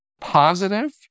positive